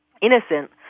innocent